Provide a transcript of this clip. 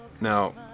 Now